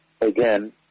Again